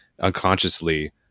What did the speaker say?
unconsciously